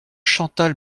chantal